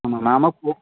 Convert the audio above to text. ஆமாம் நாம் போ